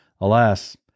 Alas